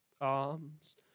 arms